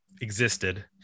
existed